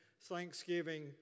Thanksgiving